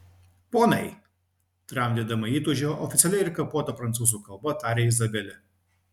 ponai tramdydama įtūžį oficialia ir kapota prancūzų kalba tarė izabelė